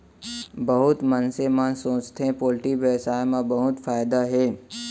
बहुत मनसे मन सोचथें पोल्टी बेवसाय म बहुत फायदा हे